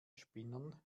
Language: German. spinnern